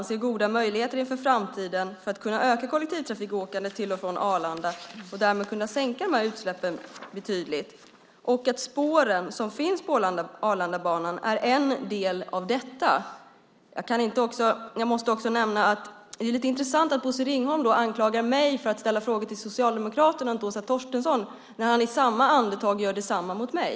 Jag ser goda möjligheter inför framtiden att kunna öka kollektivtrafikåkandet till och från Arlanda och därmed sänka utsläppen betydligt. De spår som finns på Arlandabanan är en del av detta. Jag måste också nämna att det är lite intressant att Bosse Ringholm anklagar mig för att ställa frågor till Socialdemokraterna och inte Åsa Torstensson, när han i samma andetag gör detsamma mot mig.